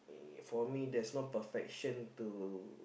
for me there's no perfection to